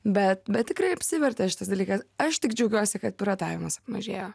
bet bet tikrai apsivertė šitas dalykas aš tik džiaugiuosi kad piratavimas mažėja